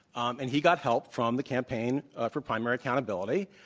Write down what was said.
um and he got help from the campaign for primary accountability.